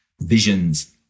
visions